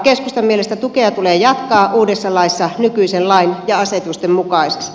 keskustan mielestä tukea tulee jatkaa uudessa laissa nykyisen lain ja asetusten mukaisesti